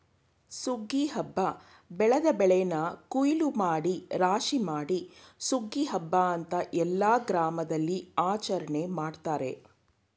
ಸುಗ್ಗಿ ಹಬ್ಬ ಬೆಳೆದ ಬೆಳೆನ ಕುಯ್ಲೂಮಾಡಿ ರಾಶಿಮಾಡಿ ಸುಗ್ಗಿ ಹಬ್ಬ ಅಂತ ಎಲ್ಲ ಗ್ರಾಮದಲ್ಲಿಆಚರಣೆ ಮಾಡ್ತಾರೆ